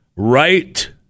Right